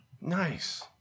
Nice